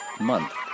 month